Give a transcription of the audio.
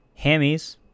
Hammies